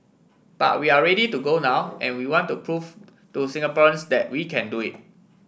but we are ready to go now and we want to prove to Singaporeans that we can do it